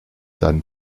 seinen